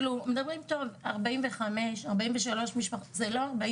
מדברים על מספר ההרוגים, אין מדובר ב-43 משפחות,